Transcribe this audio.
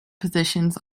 positions